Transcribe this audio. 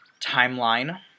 timeline